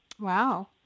Wow